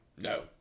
no